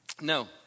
no